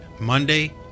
Monday